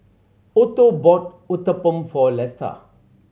Otho bought Uthapam for Lesta